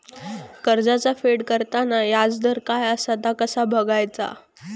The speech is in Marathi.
कर्जाचा फेड करताना याजदर काय असा ता कसा बगायचा?